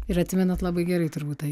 ir atsimenat labai gerai turbūt tą